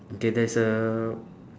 okay there's a